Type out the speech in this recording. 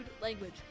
language